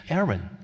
Aaron